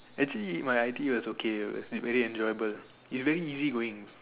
actually my I_T_E was okay it was really enjoyable it was very easy going